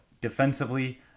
defensively